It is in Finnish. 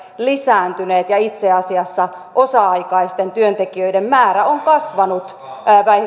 lisääntyneet ja itse asiassa osa aikaisten työntekijöiden määrä on kasvanut